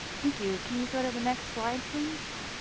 thank you! can you go to the next slide, please.